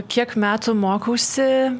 kiek metų mokausi